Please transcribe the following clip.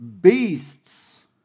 beasts